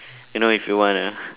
you know if you want a